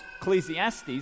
Ecclesiastes